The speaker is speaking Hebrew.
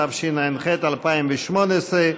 התשע"ח 2018,